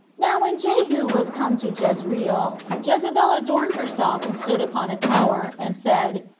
now when jehu was come to jezreel, jezebel adorned herself and stood upon a tower, and said,